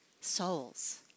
souls